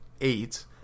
eight